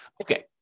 Okay